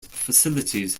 facilities